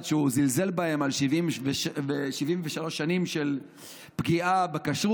שהוא זלזל בהם על 73 שנים של פגיעה בכשרות,